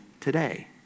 today